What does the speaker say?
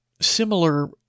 similar